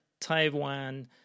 Taiwan